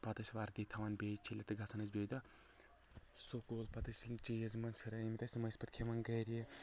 تہٕ پتہٕ ٲسۍ وردی تھاون بیٚیہِ چھلِتھ تہٕ گژھان ٲسۍ بیٚیہِ دۄہ سکوٗل پتہٕ ٲسۍ یِم چیٖز یِم اسہِ ہُرے مٕتۍ ٲسۍ تِم ٲسۍ پتہٕ کھٮ۪وان گرِ